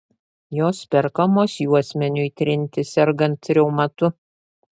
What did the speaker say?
jos perkamos juosmeniui trinti sergant reumatu